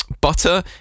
butter